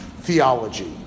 theology